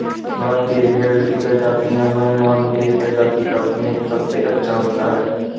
भारतीय भेड़ की प्रजातियों में मानदेय प्रजाति का मीट सबसे अच्छा होता है